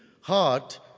heart